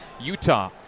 Utah